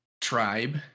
Tribe